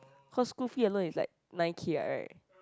cause school fee alone it's like nine K what right